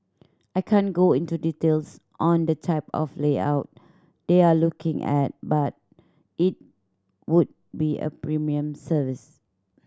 I can't go into details on the type of layout they're looking at but it would be a premium service